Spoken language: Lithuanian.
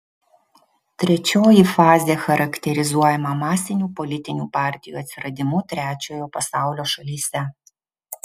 trečioji fazė charakterizuojama masinių politinių partijų atsiradimu trečiojo pasaulio šalyse